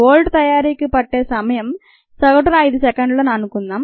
bolt తయారీకి పట్టే సమయం సగటున 5 సెకండ్లు అని మనం అనుకుందాం